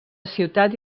ciutat